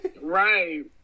Right